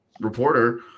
reporter